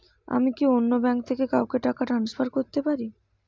আমি কি অন্য ব্যাঙ্ক থেকে কাউকে টাকা ট্রান্সফার করতে পারি?